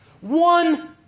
one